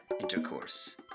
intercourse